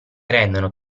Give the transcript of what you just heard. rendono